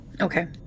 Okay